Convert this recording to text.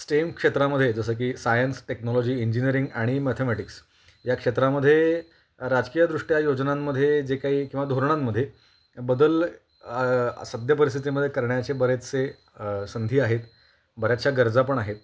stem क्षेत्रामध्ये जसं की सायन्स टेक्नॉलॉजी इंजिनीयरिंग आणि मॅथेमॅटिक्स या क्षेत्रामध्ये राजकीयदृष्ट्या योजनांमध्ये जे काही किंवा धोरणांमध्ये बदल सद्यपरिस्थितीमध्ये करण्याचे बरेचसे संधी आहेत बऱ्याचशा गरजा पण आहेत